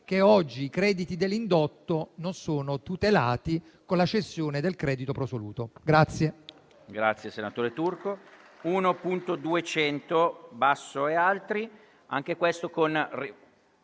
che oggi i crediti dell'indotto non sono tutelati con la cessione del credito *pro soluto*.